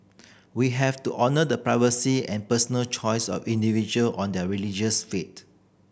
we have to honour the privacy and personal choice of individual on their religious faith